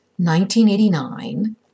1989